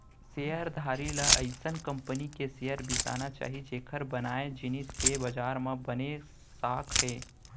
share धारी ल अइसन कंपनी के शेयर बिसाना चाही जेकर बनाए जिनिस के बजार म बने साख हे